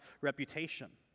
reputation